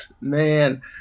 Man